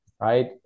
right